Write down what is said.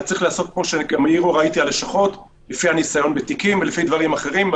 אלא זה צריך להיעשות לפי הניסיון בתיקים ולפי דברים אחרים,